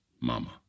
Mama